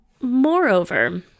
moreover